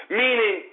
meaning